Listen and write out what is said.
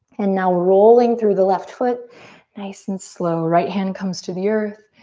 and now rolling through the left foot nice and slow. right hand comes to the earth.